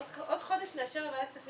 עוד חודש נאשר בוועדת כספים,